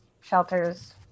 shelters